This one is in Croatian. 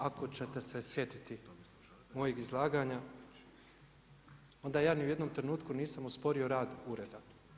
Ako ćete se sjetiti mojih izlaganja, onda ja ni u jednom trenutku nisam osporio ureda.